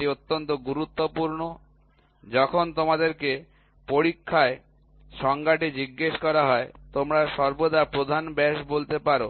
এটি অত্যন্ত গুরুত্বপূর্ণ যখন তোমাদেরকে পরীক্ষায় সংজ্ঞাটি জিজ্ঞাসা করা হয় তোমরা সর্বদা প্রধান ব্যাস বলতে পারো